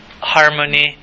harmony